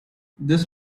this